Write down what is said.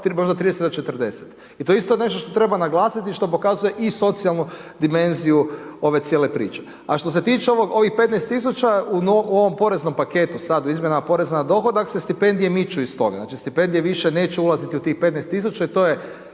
možda 30 do 40. I to je isto nešto što treba naglasiti i što pokazuje i socijalnu dimenziju ove cijele priče. A što se tiče ovih 15 tisuća u ovom poreznom paketu, sad u izmjenama poreza na dohodak se stipendije miču iz toga. Znači, stipendije više neće ulaziti u tih 15 tisuća i to je